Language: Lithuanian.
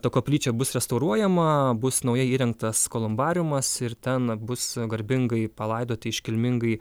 ta koplyčia bus restauruojama bus naujai įrengtas kolumbariumas ir ten bus garbingai palaidoti iškilmingai